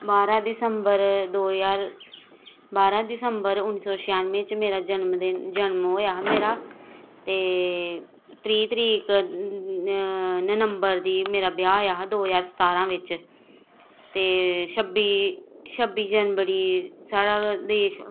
बारां दिसम्बर दो ज्हार बारां दिसंबर उन्नी सौ छेयनवे च मेरा जन्मदिन जन्म होएआ हा मेरा ते त्रीह् तरीक ननबंर दी ब्याह होएआ हा दो ज्हार सतारां बिच्च ते छब्बी छब्बी जनबरी साढ़ा